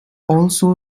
also